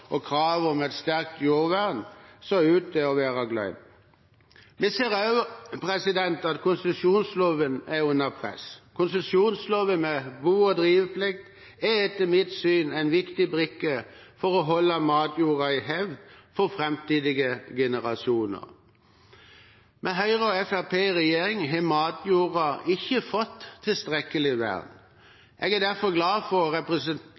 og kravet om et sterkt jordvern så ut til å være glemt. Vi ser også at konsesjonsloven er under press. Konsesjonsloven, med bo- og driveplikt, er etter mitt syn en viktig brikke for å holde matjorda i hevd for framtidige generasjoner. Med Høyre og Fremskrittspartiet i regjering har matjorda ikke fått tilstrekkelig vern. Jeg er derfor glad for